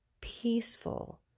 peaceful